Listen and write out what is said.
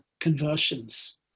conversions